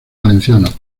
valenciano